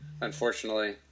unfortunately